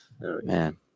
Man